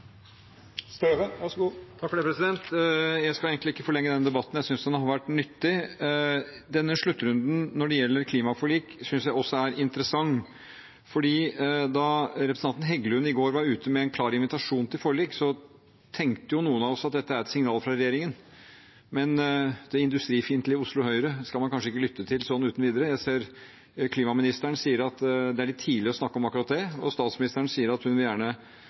interessant, for da representanten Heggelund i går var ute med en klar invitasjon til forlik, tenkte noen av oss at dette er et signal fra regjeringen. Men det industrifiendtlige Oslo Høyre skal man kanskje ikke lytte til sånn uten videre. Jeg ser klimaministeren sier at det er litt tidlig å snakke om akkurat det, og statsministeren sier at hun vil gjerne